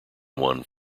one